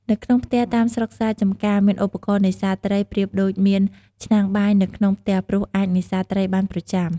នៅក្នុងផ្ទះតាមស្រុកស្រែចំការមានឧបករណ៍នេសាទត្រីប្រៀបដូចមានឆ្នាំងបាយនៅក្នុងផ្ទះព្រោះអាចនេសាទត្រីបានប្រចាំ។